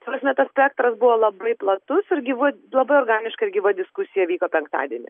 prasme tas spektras buvo labai platus ir gyvu labai organiška ir gyva diskusija vyko penktadienį